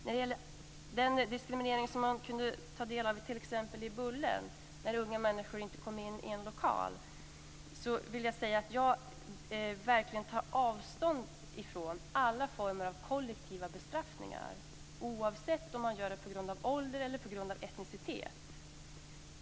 När det gäller den diskriminering som man kunde ta del av t.ex. i Bullen när unga människor inte kom in i en lokal vill jag säga att jag verkligen tar avstånd från alla former av kollektiva bestraffningar, oavsett om det görs på grund av ålder eller etnicitet.